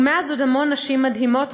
ומאז עוד המון נשים מדהימות,